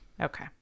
Okay